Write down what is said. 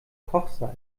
kochsalz